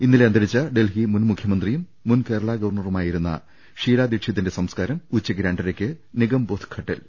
ഇന്നലെ അന്തരിച്ച ഡൽഹി മുൻ മുഖ്യമന്ത്രിയും മുൻ കേരളാ ഗവർണറുമായിരുന്ന ഷീല ദീക്ഷിതിന്റെ സംസ്കാരം ഉച്ചയ്ക്ക് രണ്ടരയ്ക്ക് നിഗംബോധ് ഘട്ടിൽ